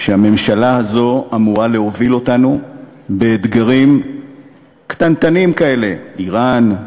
הממשלה הזאת אמורה להוביל אותנו באתגרים קטנטנים כאלה: איראן,